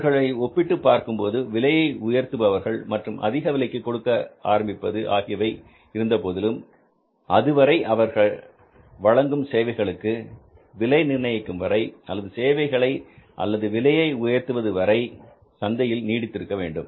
அவர்கள் ஒப்பிட்டுப் பார்க்கும்போது விலையை உயர்த்துபவர்கள் மற்றும் அதிக விலைக்கு கொடுக்க ஆரம்பிப்பது ஆகியவை இருந்தபோதிலும் அதுவரை அவை வழங்கும் சேவைகளுக்கு விலை நிர்ணயிக்கும் வரை அல்லது சேவைகளை அல்லது விலையை உயர்த்துவது என்பதுவரை சந்தையில் நீடித்திருக்க வேண்டும்